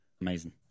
Amazing